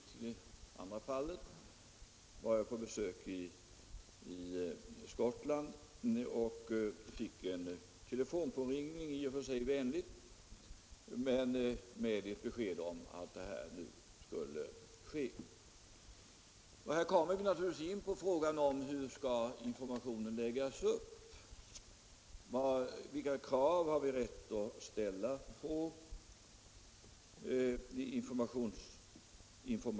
I det andra fallet var jag på besök i Skottland och fick en i och för sig vänlig telefonpåringning med ett besked om att en fusion nu skulle ske. Här kommer vi in på frågan hur informationen skall läggas upp. Vilka krav har man rätt att ställa på information?